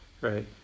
right